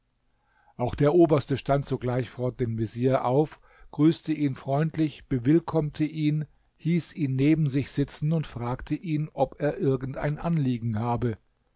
auch der oberste stand sogleich vor dein vezier auf grüßte ihn freundlich bewillkommte ihn hieß ihn neben sich sitzen und fragte ihn ob er irgend ein anliegen habe